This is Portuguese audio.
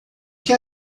que